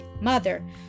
Mother